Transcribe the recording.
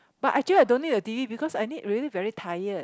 but actually I don't need the t_v because I need really really tired